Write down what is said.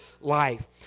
life